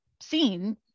seen